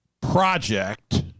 project